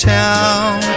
town